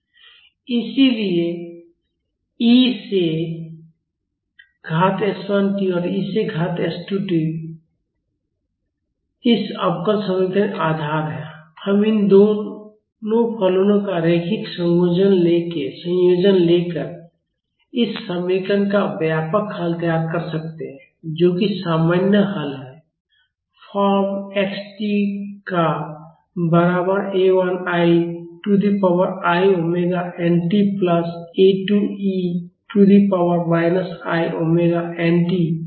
mẍ cẋ kx 0 इसलिए e से घात s 1 t और e से घात s 2 t इस अवकल समीकरण के आधार हैं और हम इन दो फलनों का रैखिक संयोजन लेकर इस समीकरण का व्यापक हल तैयार कर सकते हैं जो कि सामान्य हल है फॉर्म x t का बराबर A1 i to the power i omega nt plus A 2 e to the power minus i omega nt है